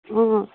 अँ